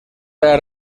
era